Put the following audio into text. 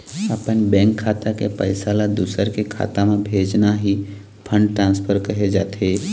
अपन बेंक खाता के पइसा ल दूसर के खाता म भेजना ही फंड ट्रांसफर कहे जाथे